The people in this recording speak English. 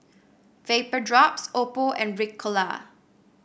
Vapodrops Oppo and Ricola